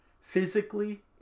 Physically